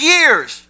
Years